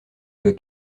que